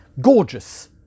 Gorgeous